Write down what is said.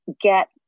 get